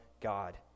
God